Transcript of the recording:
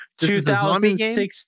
2016